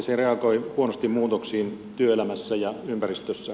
se reagoi huonosti muutoksiin työelämässä ja ympäristössä